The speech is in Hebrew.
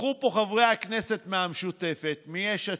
נכחו פה חברי הכנסת מהמשותפת, מיש עתיד.